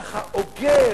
ככה אוגר,